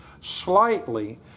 slightly